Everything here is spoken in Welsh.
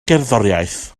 gerddoriaeth